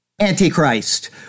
Antichrist